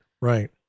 right